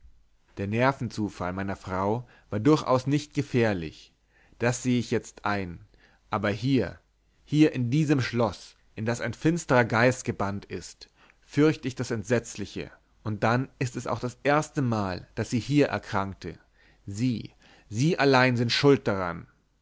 der nervenzufall meiner frau war durchaus nicht gefährlich das sehe ich jetzt ein aber hier hier in diesem schloß in das ein finstrer geist gebannt ist fürcht ich das entsetzliche und dann ist es auch das erstemal daß sie hier erkrankte sie sie allein sind schuld daran